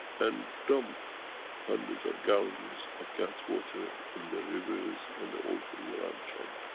and dump hundreds of gallons of gans water in the rivers and the oceans around china.